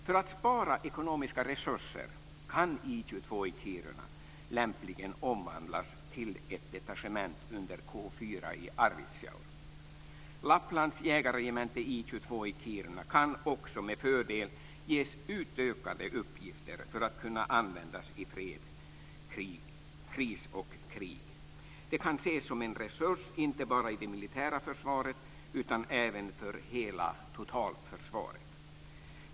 För att spara ekonomiska resurser kan I 22 i Kiruna lämpligen omvandlas till ett detachement under Kiruna kan också med fördel ges utökade uppgifter för att kunna användas i fred, kris och krig. Det kan ses som en resurs inte bara i det militära försvaret utan även för hela totalförsvaret.